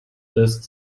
lässt